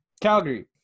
Calgary